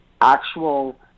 actual